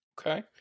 Okay